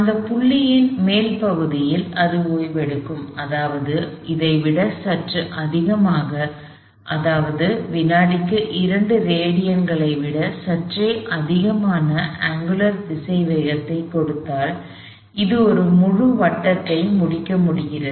அந்த புள்ளியின் மேற்பகுதியில் அது ஓய்வெடுக்கும் அதாவது இதை விட சற்று அதிகமாக அதாவது வினாடிக்கு 2 ரேடியன்களை விட சற்றே அதிகமாக அங்குலர் திசைவேகத்தை கொடுத்தால் இது ஒரு முழு வட்டத்தை முடிக்கப் போகிறது